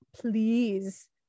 please